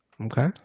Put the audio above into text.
Okay